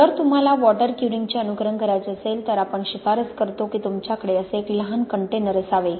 जर तुम्हाला वॉटर क्युरिंगचे अनुकरण करायचे असेल तर आपण शिफारस करतो की तुमच्याकडे असे एक लहान कंटेनर असावे